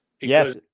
Yes